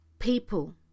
People